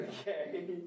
okay